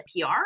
PR